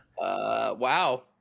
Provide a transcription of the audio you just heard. wow